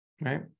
right